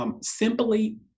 simply